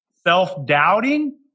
Self-doubting